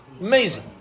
amazing